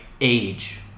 age